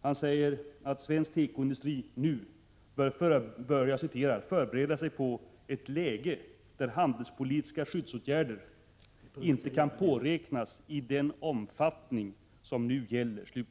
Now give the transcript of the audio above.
Han säger att svensk tekoindustri nu bör ”förbereda sig på ett läge där handelspolitiska skyddsåtgärder inte kan påräknas i den omfattning som nu gäller”.